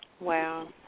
Wow